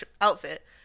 outfit